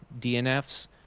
DNFs